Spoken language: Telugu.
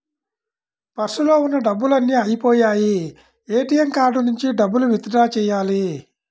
పర్సులో ఉన్న డబ్బులన్నీ అయ్యిపొయ్యాయి, ఏటీఎం కార్డు నుంచి డబ్బులు విత్ డ్రా చెయ్యాలి